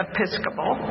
Episcopal